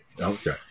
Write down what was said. Okay